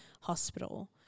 hospital